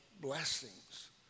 blessings